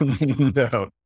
No